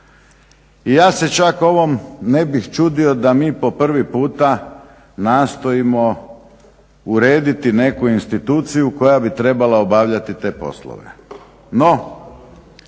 I ja se čak ovom ne bih čudio da mi po prvi puta nastojimo urediti neku instituciju koja bi trebala obavljati te poslove.